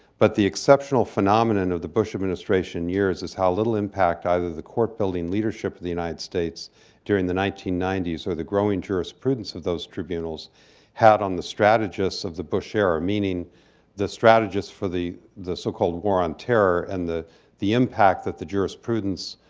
but the exceptional phenomenon of the bush administration years is how little impact either the court-building leadership of the united states during the nineteen ninety s or the growing jurisprudence of those tribunals had on the strategists of the bush era, meaning the strategists for the the so-called war on terror and the the impact that the jurisprudence